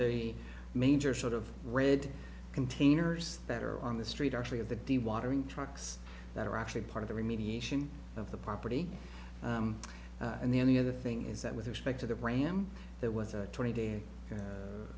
very major sort of red containers that are on the street actually of the d watering trucks that are actually part of the remediation of the property and the only other thing is that with respect to the ram that was a twenty day